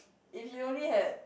if you only had